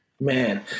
Man